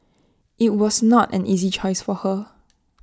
IT was not an easy choice for her